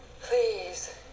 please